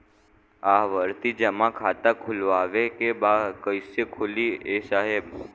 आवर्ती जमा खाता खोलवावे के बा कईसे खुली ए साहब?